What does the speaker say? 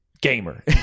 Gamer